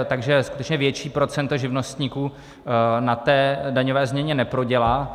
Takže skutečně větší procento živnostníků na té daňové změně neprodělá.